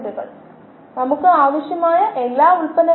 അതിനാൽ നമ്മുടെ ആദ്യ മോഡലിലൂടെ പോകുമ്പോൾ ഇത് rx സമം mu x എന്ന് എഴുതാം